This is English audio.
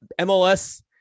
MLS